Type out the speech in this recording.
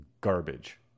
garbage